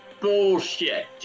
bullshit